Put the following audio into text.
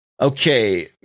Okay